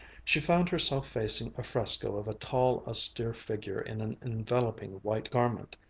she found herself facing a fresco of a tall, austere figure in an enveloping white garment,